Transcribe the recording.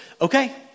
okay